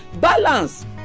Balance